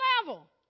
level